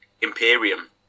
Imperium